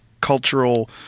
cultural